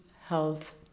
health